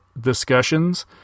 discussions